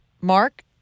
Mark